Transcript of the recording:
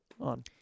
on